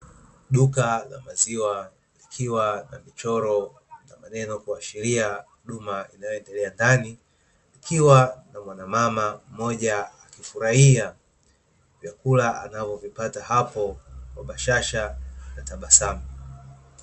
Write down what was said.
Duka la maziwa likiwa na michoro na maneno kuashiria huduma inayoendelea ndani. Kukiwa na mwanamama mmoja akifurahia vyakula anavyovipata hapo kwa bashasha na tabasamu.